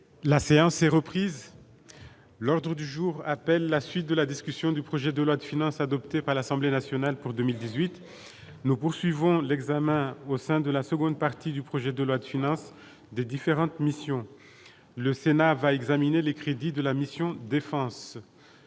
La séance est reprise, l'ordre du jour appelle la suite de la discussion du projet de loi de finances adoptées par l'Assemblée nationale pour 2018 : nous poursuivons l'examen au sein de la seconde partie du projet de loi de finances des différentes missions : le Sénat va examiner les crédits de la mission défense,